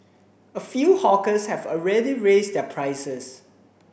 a few hawkers have already raised their prices